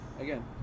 again